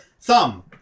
Thumb